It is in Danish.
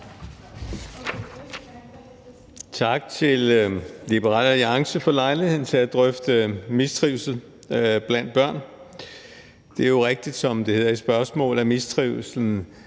Tak til Liberal Alliance for lejligheden til at drøfte mistrivsel blandt børn. Det er jo rigtigt, som det hedder i spørgsmålet, at mistrivslen